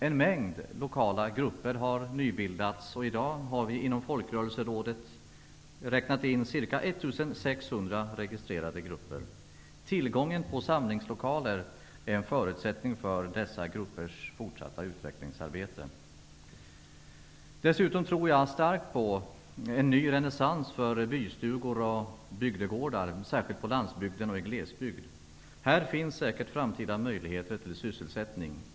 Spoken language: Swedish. En mängd lokala grupper har nybildats, och i dag har vi inom Tillgången på samlingslokaler är en förutsättning för dessa gruppers fortsatta utvecklingsarbete. Dessutom tror jag starkt på en renässans för bystugor och bygdegårdar, särskilt på landsbygden och i glesbygd. Här finns säkert framtida möjligheter till sysselsättning.